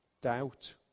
Doubt